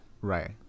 right